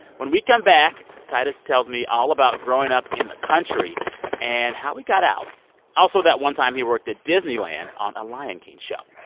when we come back, tituss tells me all about growing up in the country and how he got out also that one time he worked at disneyland on a lion king show.